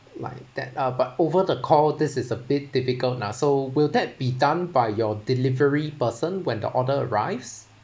like that uh but over the call this is a bit difficult now so will that be done by your delivery person when the order arrives